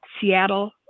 Seattle